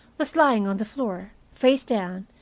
was lying on the floor, face down,